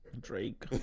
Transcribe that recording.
Drake